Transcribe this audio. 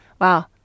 Wow